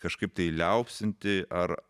kažkaip tai liaupsinti ar